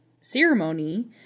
ceremony